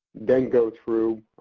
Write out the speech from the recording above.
then go through,